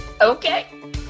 Okay